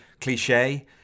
cliche